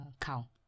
cow